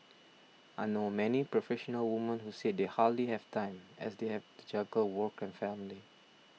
I know many professional women who say they hardly have time as they have to juggle work and family